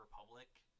Republic